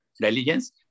diligence